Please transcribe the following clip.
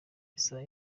isaha